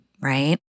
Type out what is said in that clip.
right